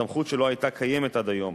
סמכות שלא היתה קיימת עד היום,